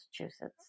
Massachusetts